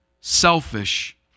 selfish